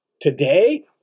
today